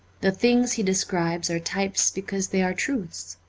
the things he describes are types because they are truths.